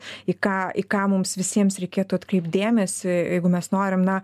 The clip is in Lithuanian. į ką į ką mums visiems reikėtų atkreipt dėmesį jeigu mes norim na